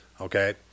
Okay